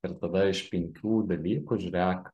ir tada iš penkių dalykų žiūrėk